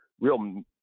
real